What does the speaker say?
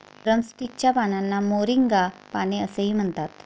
drumstick च्या पानांना moringa पाने असेही म्हणतात